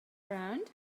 around